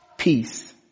peace